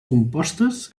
compostes